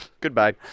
Goodbye